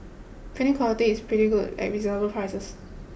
printing quality is pretty good at reasonable prices